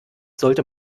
sollte